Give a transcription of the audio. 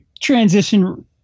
transition